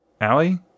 Allie